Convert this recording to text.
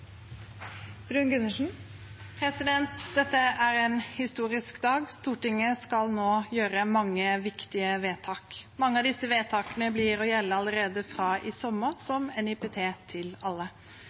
en historisk dag. Stortinget skal nå gjøre mange viktige vedtak. Mange av disse vedtakene blir å gjelde allerede fra i sommer,